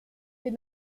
den